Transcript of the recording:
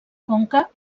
conca